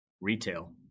retail